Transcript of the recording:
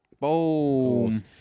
Boom